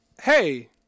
Hey